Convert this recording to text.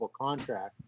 contract